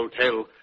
hotel